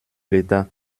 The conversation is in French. l’état